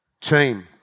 Team